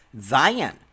zion